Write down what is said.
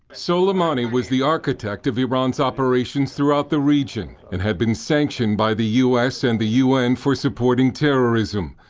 suleimani was the architect of iran's operations throughout the region and had been sanctioned by the u s. and the u n. for supporting terrorism.